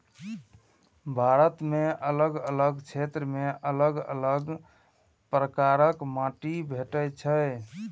भारत मे अलग अलग क्षेत्र मे अलग अलग प्रकारक माटि भेटै छै